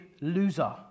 loser